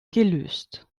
gelöst